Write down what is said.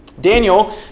Daniel